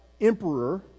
emperor